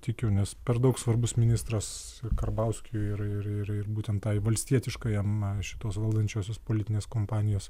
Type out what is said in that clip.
tikiu nes per daug svarbus ministras ir karbauskiui ir ir ir būtent tai valstietiškajam šitos valdančiosios politinės kompanijos